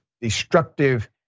destructive